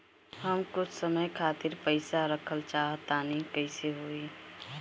हम कुछ समय खातिर पईसा रखल चाह तानि कइसे होई?